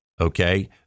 okay